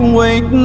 wait